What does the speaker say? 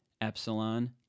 Epsilon